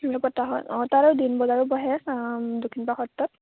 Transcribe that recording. এনেকৈ পতা হয় অঁ তাতে দিন বজাৰো বহে দক্ষিণপাট সত্ৰত